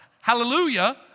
hallelujah